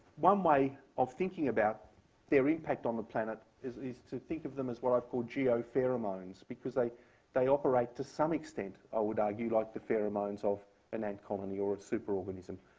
one way of thinking about their impact on the planet is is to think of them as what i've called geopheromones, because they they operate, to some extent i would argue, like the pheromones of an ant colony or a super organism.